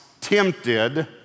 tempted